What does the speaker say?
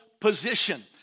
position